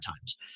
times